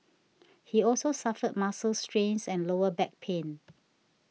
he also suffered muscle strains and lower back pain